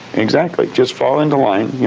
exactly, just fall into line, you